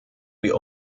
wir